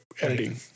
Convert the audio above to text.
editing